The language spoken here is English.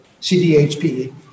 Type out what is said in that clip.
CDHP